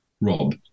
Rob